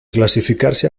clasificarse